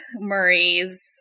Murray's